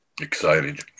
excited